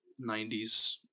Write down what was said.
90s